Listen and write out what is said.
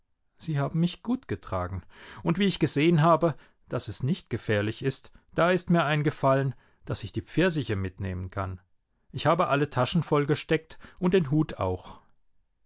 sie haben mich gut getragen und wie ich gesehen habe daß es nicht gefährlich ist da ist mir eingefallen daß ich die pfirsiche mitnehmen kann ich habe alle taschen vollgesteckt und den hut auch